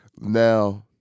Now